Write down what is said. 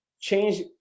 change